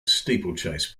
steeplechase